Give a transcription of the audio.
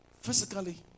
physically